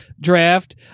draft